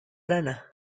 rana